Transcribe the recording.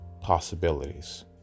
possibilities